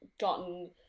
gotten